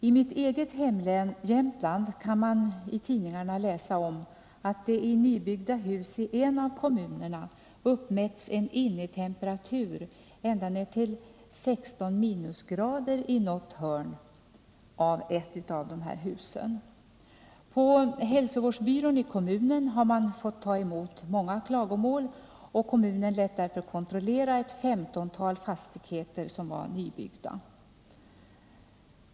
I mitt eget hemlän, Jämtlands län, har man i tidningarna kunnat läsa att det i ett nybyggt hus i en av kommunerna uppmätts en innetemperatur som var så låg som 16 minusgrader i något hörn av huset. På hälsovårdsbyrån i kommunen har man fått ta emot många liknande klagomål, och kommunen lät därför kontrollera ett femtontal fastigheter som var nybyggda.